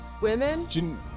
women